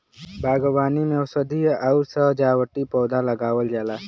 बागवानी में औषधीय आउर सजावटी पौधा लगावल जाला